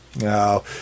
No